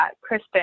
Kristen